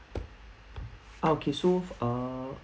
ah okay so uh